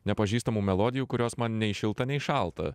nepažįstamų melodijų kurios man nei šilta nei šalta